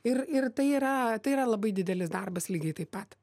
ir ir tai yra tai yra labai didelis darbas lygiai taip pat